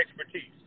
expertise